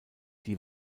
die